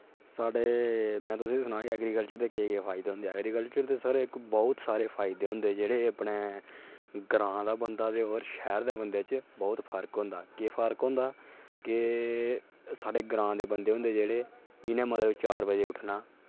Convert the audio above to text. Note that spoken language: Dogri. साढ़े में तुसें सनां कि ऐग्रीकल्चर दे केह् केह् फायदे होंदे ऐग्रीकल्चर दे सर बहुत सारे फायदे होंदे जेह्ड़े अपने ग्रां दे बंदे ते शैह्र दे बंदे च बहुत फर्ख होंदा केह् फर्क होंदा केह् साढ़े ग्रां दे बंदे होंदे जेह्ड़े इनें मतलव चार बजे उठना